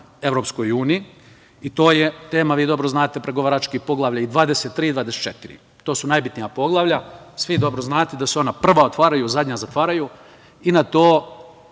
pristupanju EU, to je tema. Vi dobro znate, pregovaračkih poglavlja i 23 i 24, to su najbitnija poglavlja, svi dobro znate da se ona prva otvaraju, zadnja zatvaraju, na to